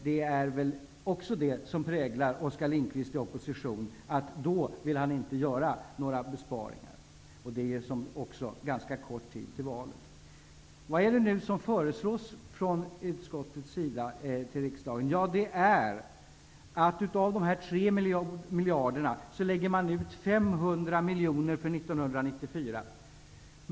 Det präglar Oskar Lindkvist i opposition att han då inte vill göra några besparingar. Det är ju också ganska kort tid till valet. Vad föreslår då utskottet? Jo, att 500 miljoner av de 3 miljarderna skall läggas ut för 1994.